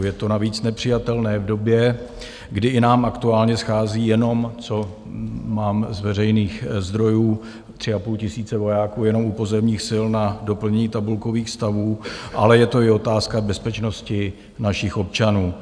Je to navíc nepřijatelné v době, kdy i nám aktuálně schází, jenom co mám z veřejných zdrojů, 3,5 tisíce vojáků jenom u pozemních sil na doplnění tabulkových stavů, ale je to i otázka bezpečnosti našich občanů.